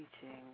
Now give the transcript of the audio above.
teaching